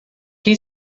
quem